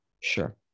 Sure